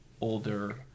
older